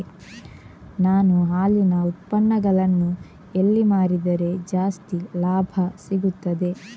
ನಾನು ಹಾಲಿನ ಉತ್ಪನ್ನಗಳನ್ನು ಎಲ್ಲಿ ಮಾರಿದರೆ ಜಾಸ್ತಿ ಲಾಭ ಸಿಗುತ್ತದೆ?